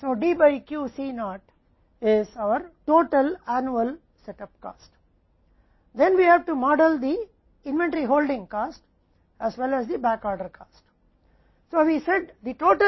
D द्वारा Q C not हमारी कुल वार्षिक स्थापना लागत हैफिर हमें इन्वेंट्री होल्डिंग लागत और साथ ही बैकऑर्डर लागत को मॉडल करना होगा